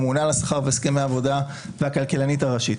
ממונה על השכר והסכמי העבודה והכלכלנית הראשית.